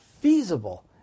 feasible